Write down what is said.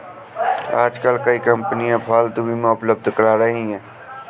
आजकल कई कंपनियां पालतू बीमा उपलब्ध करा रही है